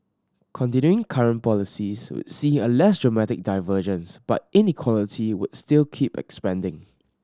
continuing current policies would see a less dramatic divergence but inequality would still keep expanding